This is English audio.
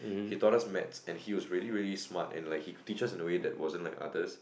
he taught us maths and he was really really smart and like he teaches us a way that wasn't like others